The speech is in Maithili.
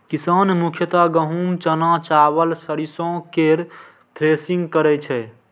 किसान मुख्यतः गहूम, चना, चावल, सरिसो केर थ्रेसिंग करै छै